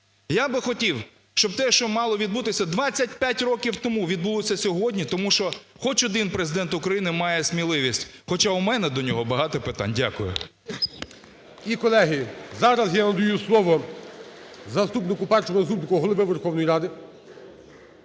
Я би хотів, щоб те, що мало відбутися 25 років тому, відбулося сьогодні, тому що хоч один Президент України має сміливість. Хоча у мене до нього багато питань. Дякую . ГОЛОВУЮЧИЙ. І, колеги, зараз я надаю слово заступнику, Першому заступнику Голови Верховної Ради.